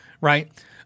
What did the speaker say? right